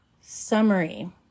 Summary